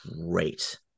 great